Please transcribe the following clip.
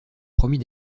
promis